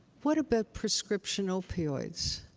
what about prescription opioids?